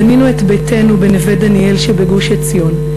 בנינו את ביתנו בנווה-דניאל שבגוש-עציון,